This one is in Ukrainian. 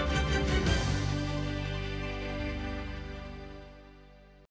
Дякую,